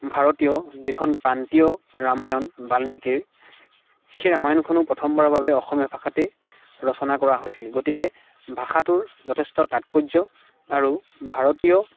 ভাৰতীয় যিখন প্ৰান্তীয় ৰামায়ন বাল্মিকীৰ সেই ৰামায়নখনো প্ৰথমবাৰৰ বাবে অসমীয়া ভাষাতেই ৰচনা কৰা হৈছিল গতিকে ভাষাটোৰ যথেষ্ট তাৎপৰ্য্য আৰু ভাৰতীয়